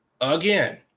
again